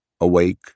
Awake